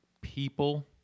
people